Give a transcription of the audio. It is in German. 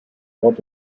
port